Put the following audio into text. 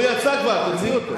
הוא יצא כבר, תוציא אותו.